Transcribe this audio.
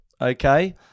Okay